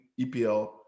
EPL